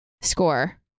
score